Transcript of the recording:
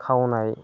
खावनाय